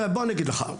בוא אני אגיד לך,